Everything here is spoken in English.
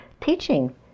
teaching